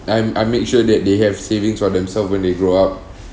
I'm I make sure that they have savings for themselves when they grow up